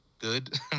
Good